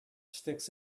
sticks